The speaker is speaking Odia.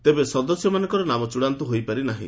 ତେବେ ସଦସ୍ୟମାନଙ୍କ ନାମ ଚୂଡ଼ାନ୍ତ ହୋଇପାରି ନାହି